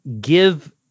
give